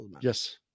Yes